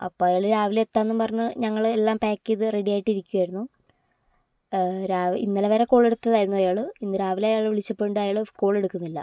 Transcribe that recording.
അപ്പം അയാൾ രാവിലെ എത്താം എന്ന് പറഞ്ഞ് ഞങ്ങൾ എല്ലാം പാക്ക് ചെയ്ത് റെഡി ആയിട്ട് ഇരിക്കുകയായിരുന്നു രാവ് ഇന്നലെ വരെ കോൾ എടുത്തതായിരുന്നു അയാൾ ഇന്ന് രാവിലെ അയാളെ വിളിച്ചപ്പോൾ ഉണ്ട് അയാൾ കോള് എടുക്കുന്നില്ല